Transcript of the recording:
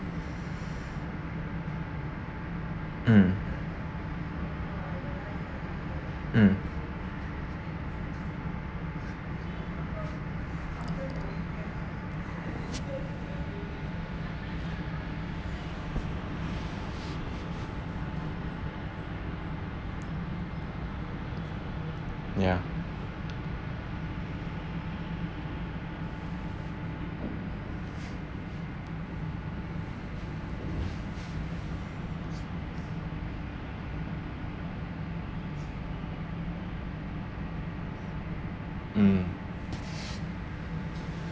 mm mm ya mm